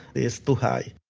it's too high.